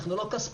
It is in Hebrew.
אנחנו לא כספומט.